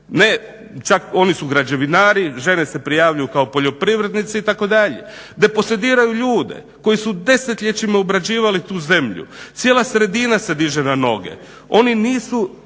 Ne čak oni su građevinari, žene se prijavljuju kao poljoprivrednice itd. Deposediraju ljude koji su desetljećima obrađivali tu zemlju. Cijela sredina se diže na noge. Oni nisu